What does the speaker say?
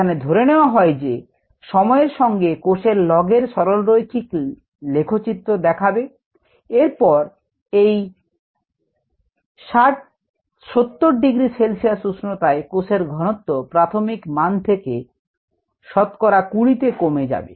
এখানে ধরে নেয়া হয় যে সময়ের সঙ্গে কোষের লগের সরলরৈখিক লেখচিত্র দেখাবে এরপর এই 70 ডিগ্রি সেলসিয়াস উষ্ণতায় কোষের ঘনত্ব প্রাথমিক মান থেকে ঘনত্ব শতকরা 20 তে কমে যাবে